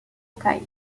cai